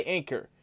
Anchor